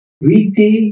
retail